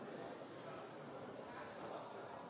Olsen